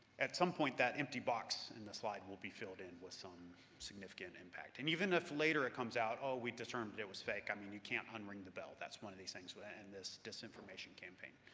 at some point that empty box on the slide will be filled in with some significant impact. and even if later it comes out, oh, we determined it was fake, i mean, you can't un-ring the bell. that's one of these things with and this disinformation campaign.